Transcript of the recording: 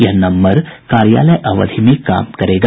यह नम्बर कार्यालय अवधि में काम करेगा